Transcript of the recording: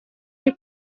iri